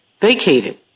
vacated